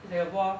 it's like a ball